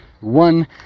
one